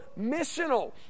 missional